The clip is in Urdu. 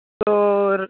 اور